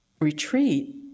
retreat